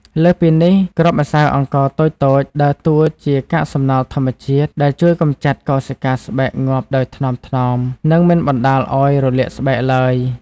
លើសពីនេះ គ្រាប់ម្សៅអង្ករតូចៗដើរតួជាកាកសំណល់ធម្មជាតិដែលជួយកម្ចាត់កោសិកាស្បែកងាប់ដោយថ្នមៗ និងមិនបណ្ដាលឱ្យរលាកស្បែកឡើយ។